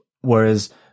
whereas